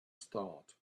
start